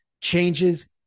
changes